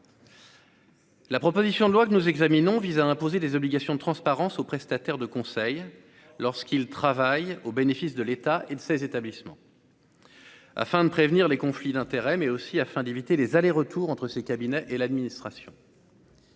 La proposition de loi que nous examinons vise à imposer des obligations de transparence aux prestataires de conseil lorsqu'il travaille au bénéfice de l'État et de ces établissements. Afin de prévenir les conflits d'intérêt mais aussi afin d'éviter les allers-retours entre ces cabinets et l'administration.